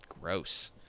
gross